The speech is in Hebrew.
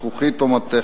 זכוכית ומתכת.